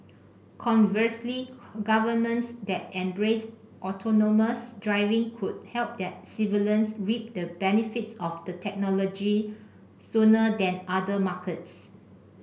conversely governments that embrace autonomous driving could help their civilians reap the benefits of the technology sooner than other markets